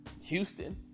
Houston